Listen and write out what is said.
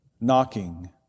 knocking